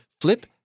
Flip